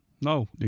no